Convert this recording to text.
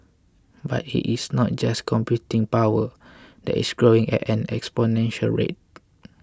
but it is not just computing power that is growing at an exponential rate